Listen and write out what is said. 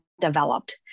developed